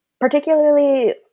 Particularly